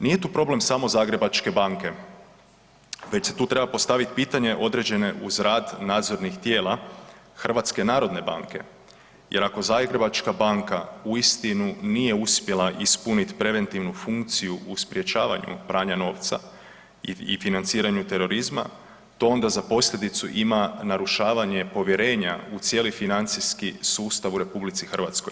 Nije tu problem samo Zagrebačke banke već se tu treba postavit pitanje određene uz rad nadzornih tijela, HNB-a. jer ako Zagrebačka banka uistinu nije uspjela ispunit preventivnu funkciju u sprječavanju u pranja novca i financiranju terorizma, to onda za posljedicu ima narušavanje povjerenja u cijeli financijski sustav u RH.